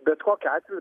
bet kokiu atveju